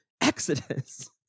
Exodus